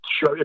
show